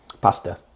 Pasta